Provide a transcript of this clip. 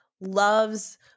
loves